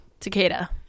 takeda